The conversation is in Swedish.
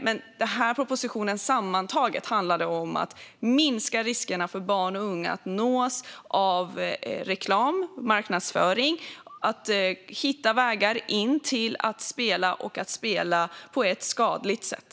Men propositionen handlar sammantaget om att minska riskerna för att barn och unga nås av reklam och marknadsföring och hittar vägar in till att spela och göra det på ett skadligt sätt.